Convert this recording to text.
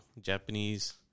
Japanese